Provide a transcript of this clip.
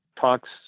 talks